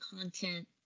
content